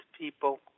people